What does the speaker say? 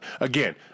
Again